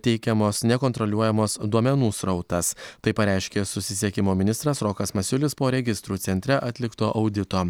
teikiamos nekontroliuojamos duomenų srautas tai pareiškė susisiekimo ministras rokas masiulis po registrų centre atlikto audito